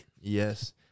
Yes